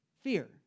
Fear